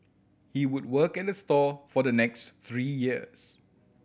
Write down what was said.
he would work at the store for the next three years